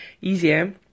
easier